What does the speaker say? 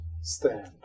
stand